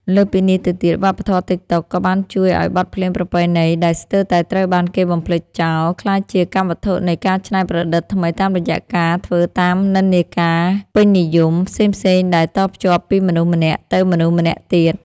លើសពីនេះទៅទៀត វប្បធម៌ TikTok ក៏បានជួយឱ្យបទភ្លេងប្រពៃណីដែលស្ទើរតែត្រូវបានគេបំភ្លេចចោល ក្លាយជាកម្មវត្ថុនៃការច្នៃប្រឌិតថ្មីតាមរយៈការធ្វើតាមនិន្នាការពេញនិយម ផ្សេងៗដែលតភ្ជាប់ពីមនុស្សម្នាក់ទៅមនុស្សម្នាក់ទៀត។